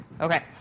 Okay